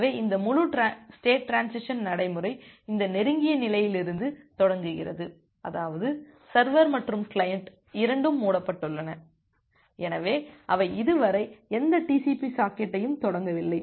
எனவே இந்த முழு ஸ்டேட் டிரான்சிசன் நடைமுறை இந்த நெருங்கிய நிலையிலிருந்து தொடங்குகிறது அதாவது சர்வர் மற்றும் கிளையன்ட் இரண்டும் மூடப்பட்டுள்ளன எனவே அவை இதுவரை எந்த TCP சாக்கெட்டையும் தொடங்கவில்லை